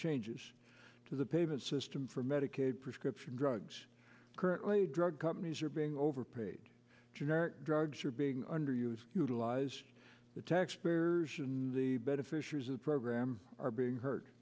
changes to the payment system for medicaid prescription drugs currently drug companies are being overpaid generic drugs are being underused utilize the taxpayers in the beneficiaries of the program are being hurt